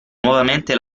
nuovamente